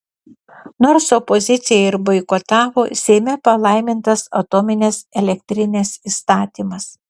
nors opozicija ir boikotavo seime palaimintas atominės elektrinės įstatymas